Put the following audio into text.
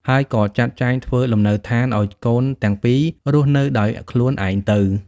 ហើយក៏ចាត់ចែងធ្វើលំនៅដ្ឋានឱ្យកូនទាំងពីររស់នៅដោយខ្លួនឯងទៅ។